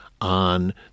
on